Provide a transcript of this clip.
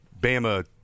Bama